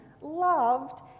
loved